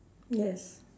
yes